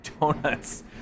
donuts